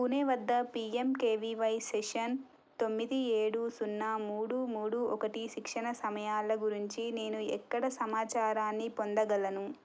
పూణే వద్ద PMKVY session తొమ్మిది ఏడు సున్నా మూడు మూడు ఒకటి శిక్షణ సమయాల గురించి నేను ఎక్కడ సమాచారాన్ని పొందగలను